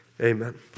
Amen